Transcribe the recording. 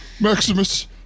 Maximus